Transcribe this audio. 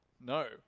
No